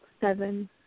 seven